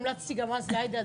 המלצתי גם אז לעאידה.